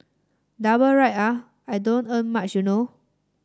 double ride ah I don't earn much you know